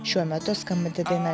šiuo metu skambanti daina